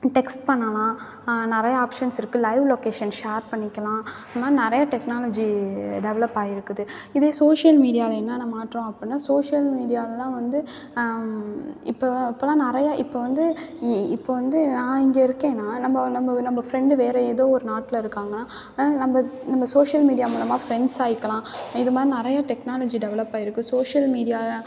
text பண்ணலாம் நிறையா options இருக்குது லைவ் லொகேஷன் ஷேர் பண்ணிக்கலாம் இது மாதிரி நிறையா டெக்னாலஜி டெவலப்பாகியிருக்குது இதே சோஷியல் மீடியாவில் என்னான்ன மாற்றம் அப்புடின்னா சோஷியல் மீடியாவிலலாம் வந்து இப்போ இப்போலாம் நிறையா இப்போ வந்து இ இப்போ வந்து நான் இங்கே இருக்கேனா நம்ம நம்ம நம்ம ஃப்ரெண்டு வேறு ஏதோ ஒரு நாட்டில் இருக்காங்க ஆ நம்ம நம்ம சோஷியல் மீடியா மூலமாக ஃப்ரெண்ட்ஸ் ஆகிக்கலாம் இது மாதிரி நிறையா டெக்னாலஜி டெவலப்பாகியிருக்கு சோஷியல் மீடியாலாம்